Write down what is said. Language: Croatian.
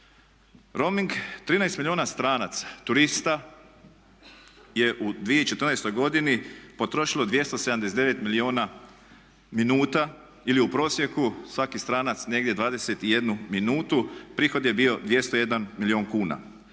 Roaming 13 milijuna stranaca, turista je u 2014. godini potrošilo 279 milijuna minuta ili u prosjeku svaki stranac negdje 21 minutu, prihod je bio 201 milijun kuna.